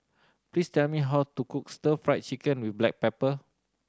please tell me how to cook Stir Fried Chicken with black pepper